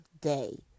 day